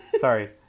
sorry